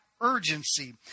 urgency